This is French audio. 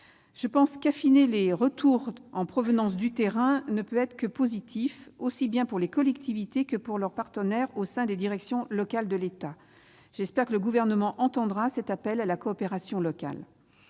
Je pense qu'affiner les retours en provenance du terrain ne peut être que positif, aussi bien pour les collectivités que pour leurs partenaires au sein des directions locales de l'État. J'espère que le Gouvernement entendra cet appel à la coopération locale.